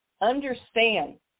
understand